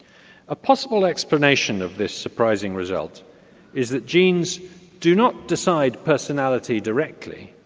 a possible explanation of this surprising result is that genes do not decide personality directly,